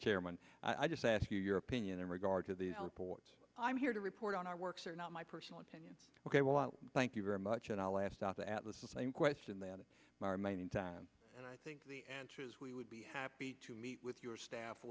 chairman i just ask you your opinion in regard to the report i'm here to report on our works or not my personal opinion ok well thank you very much and i'll ask out the at the same question that in my remaining time and i think the answer is we would be happy to meet with your staff